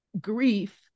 grief